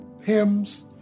hymns